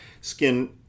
skin